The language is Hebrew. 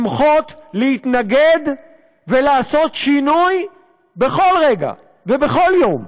למחות, להתנגד ולעשות שינוי בכל רגע ובכל יום.